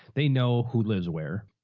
they know who lives where.